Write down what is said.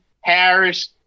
Harris